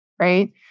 right